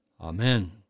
Amen